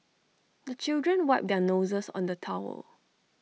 the children wipe their noses on the towel